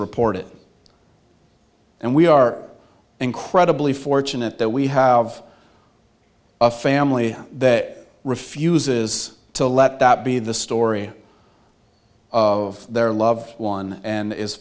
reported and we are incredibly fortunate that we have family that refuses to let that be the story of their love one and is